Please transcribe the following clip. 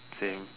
same